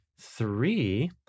three